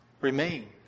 remain